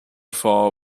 far